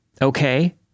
Okay